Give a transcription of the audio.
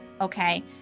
okay